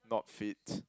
not fit